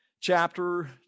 chapter